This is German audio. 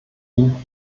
ihn